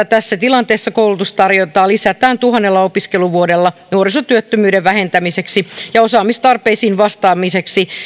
tässä tilanteessa koulutustarjontaa lisätään tuhannella opiskeluvuodella nuorisotyöttömyyden vähentämiseksi ja osaamistarpeisiin vastaamiseksi